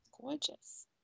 Gorgeous